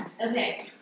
Okay